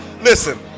Listen